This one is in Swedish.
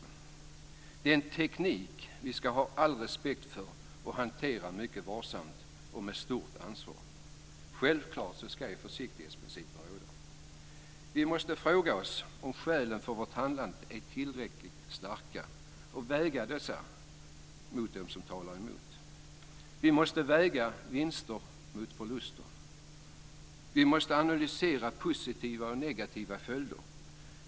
Det är en teknik som vi ska ha all respekt för och hantera mycket varsamt och med stort ansvar. Självklart ska försiktighetsprincipen råda. Vi måste fråga oss om skälen för vårt handlande är tillräckligt starka och väga dessa mot de skäl som talar emot. Vi måste väga vinster mot förluster. Vi måste analysera positiva och negativa följder.